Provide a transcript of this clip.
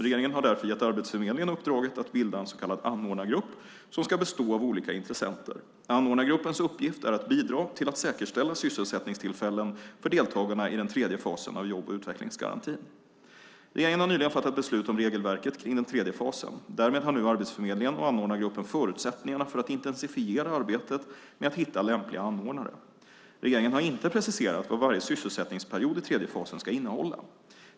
Regeringen har därför gett Arbetsförmedlingen uppdraget att bilda en så kallad anordnargrupp som ska bestå av olika intressenter. Anordnargruppens uppgift är att bidra till att säkerställa sysselsättningstillfällen för deltagarna i den tredje fasen av jobb och utvecklingsgarantin. Regeringen har nyligen fattat beslut om regelverket kring den tredje fasen. Därmed har nu Arbetsförmedlingen och anordnargruppen förutsättningarna för att intensifiera arbetet med att hitta lämpliga anordnare. Regeringen har inte preciserat vad varje sysselsättningsperiod i tredje fasen ska innehålla.